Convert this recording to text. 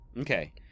Okay